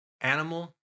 animal